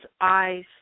eyes